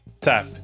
tap